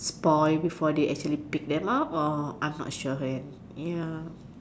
spoil before they actually pick them up or I'm not sure okay ya